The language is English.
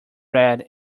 red